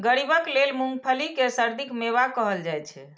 गरीबक लेल मूंगफली कें सर्दीक मेवा कहल जाइ छै